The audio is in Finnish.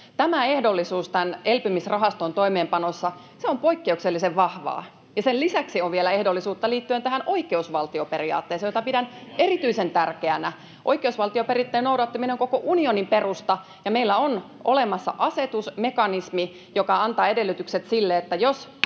Tämä ehdollisuus elpymisrahaston toimeenpanossa on poikkeuksellisen vahva, ja sen lisäksi on vielä ehdollisuutta liittyen oikeusvaltioperiaatteeseen, jota pidän erityisen tärkeänä. Oikeusvaltioperiaatteiden noudattaminen on koko unionin perusta, ja meillä on olemassa asetusmekanismi, joka antaa edellytykset sille, että jos